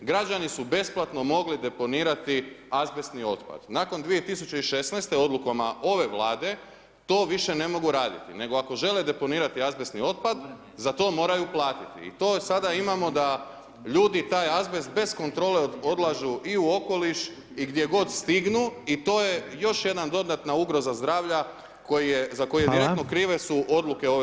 Građani su besplatno mogli deponirati azbesti otpad, nakon 2016. odlukom ove Vlade, to više ne mogu raditi, nego ako žele deponirati azbestni otpad, za to moraju platiti i to sada imamo da ljudi taj azbest bez kontrole odlažu i u okoliš i gdje god stignu i to je još jedna dodatna ugroza zdravlja za koju su direktno krive su odluke ove Vlade.